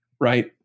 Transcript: right